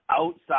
outside